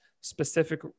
specific